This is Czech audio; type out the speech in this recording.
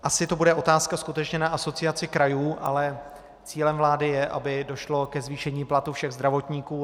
Asi to bude otázka skutečně na Asociaci krajů, ale cílem vlády je, aby došlo ke zvýšení platů všech zdravotníků.